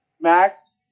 Max